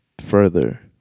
further